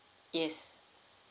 yes